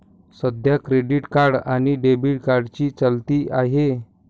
सध्या credit card आणि debit कार्डची चलती आहे